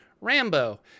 rambo